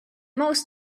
most